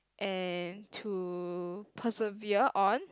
and to preserve on